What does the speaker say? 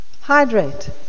Hydrate